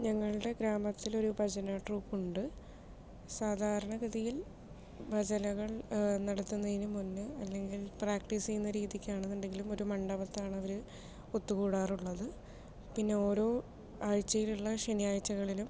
ഞങ്ങളുടെ ഗ്രാമത്തിലൊരു ഭജന ട്രൂപ്പുണ്ട് സാധാരണ ഗതിയിൽ ഭജനകൾ നടത്തുന്നതിന് മുൻപേ അല്ലെങ്കിൽ പ്രാക്ടീസ് ചെയ്യുന്ന രീതിക്കാണെന്നുണ്ടെങ്കിലും ഒരു മണ്ഡപത്തിലാണവർ ഒത്തുകൂടാറുള്ളത് പിന്നെ ഓരോ ആഴ്ചയിലുള്ള ശനിയാഴ്ചകളിലും